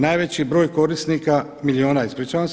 Najveći broj korisnika, milijuna ispričavam se.